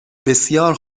بسیار